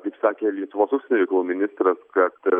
kaip sakė lietuvos užsienio reikalų ministras kad